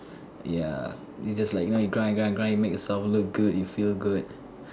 ya you just like you know you grind grind grind you make yourself look good you feel good